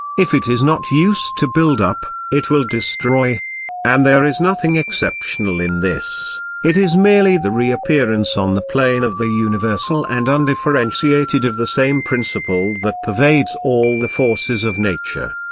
if it is not used to build up, it will destroy and there is nothing exceptional in this it is merely the reappearance on the plane of the universal and undifferentiated of the same principle that pervades all the forces of nature.